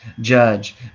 judge